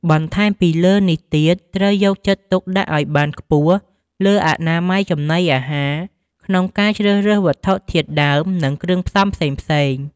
បន្ថែមពីលើនេះទៀតត្រូវយកចិត្តទុកដាក់អោយបានខ្ពស់លើអនាម័យចំណីអាហារក្នុងការជ្រើសរើសវត្ថុធាតុដើមនិងគ្រឿងផ្សំផ្សេងៗ។